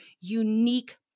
unique